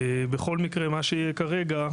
בכל מקרה, מה שיהיה כרגע,